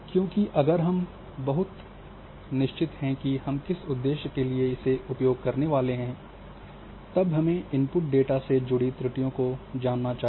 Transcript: क्योंकि हम अगर हम बहुत निश्चित हैं कि हम किस उद्देश्य के लिए उपयोग करने वाले हैं तब हमें इनपुट डेटा से जुड़ी त्रुटियों को जानना चाहिए